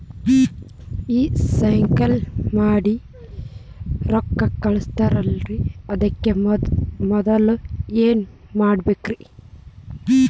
ಈ ಸ್ಕ್ಯಾನ್ ಮಾಡಿ ರೊಕ್ಕ ಕಳಸ್ತಾರಲ್ರಿ ಅದಕ್ಕೆ ಮೊದಲ ಏನ್ ಮಾಡ್ಬೇಕ್ರಿ?